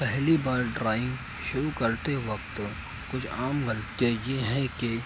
پہلی بار ڈرائنگ شروع کرتے وقت کچھ عام غلطیاں یہ ہیں کہ